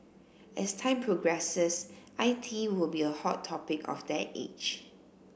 as time progresses I T will be a hot topic of that age